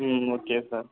ம் okay sir